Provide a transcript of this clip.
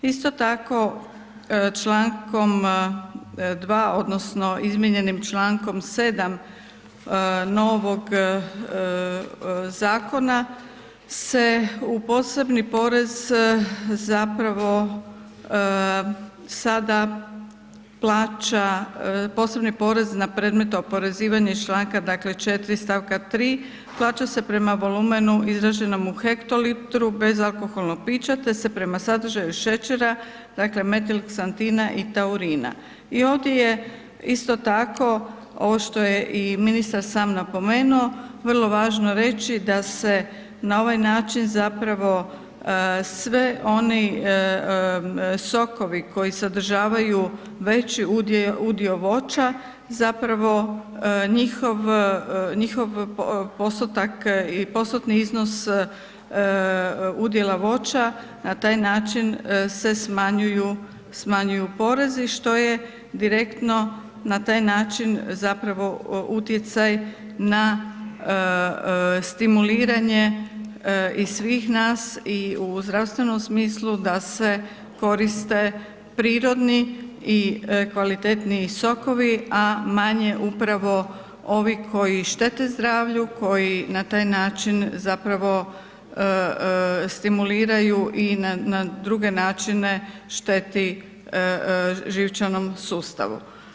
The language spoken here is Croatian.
Isto tako čl. 2 odnosno izmijenjenim čl. 7 novog zakona se u posebni porez zapravo sada plaća posebni porez na predmet oporezivanja iz čl. dakle 4. stavka 3. koja će se prema volumenu izraženom u hektolitru bezalkoholnog pića te se prema sadržaju šećera dakle metilksatina i taurina i ovdje je isto tako, ovo što je i ministar sam napomenuo, vrlo važno reći da se na ovaj način zapravo svi oni sokovi koji sadržavaju veći udio voća, zapravo njihov postotak i postotni iznos udjela voća na taj način se smanjuju porezi što je direktno na taj način zapravo utjecaj na stimuliranje i svih nas i u zdravstvenom smislu da se koriste prirodni i kvalitetniji sokovi a maje upravo ovi koji štete zdravlju, koji na taj način zapravo stimuliraju i na druge načine šteti živčanom sustavu.